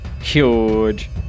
Huge